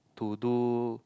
to do